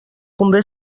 convé